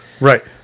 Right